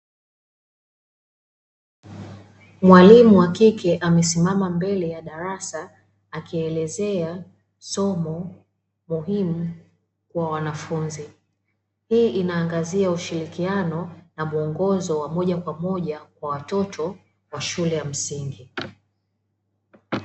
Mwalimu wa kike, amesimama mbele ya darasa akielezea somo muhimu kwa wanafunzi. Hii inaangazia ushirikiano na muongozo wa moja kwa moja kwa watoto wa shule ya msingi.